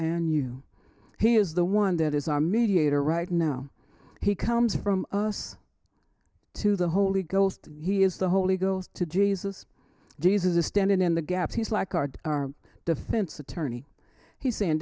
and you he is the one that is our mediator right now he comes from us to the holy ghost he is the holy ghost to jesus jesus standing in the gaps he's like guard our defense attorney he's saying